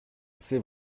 c’est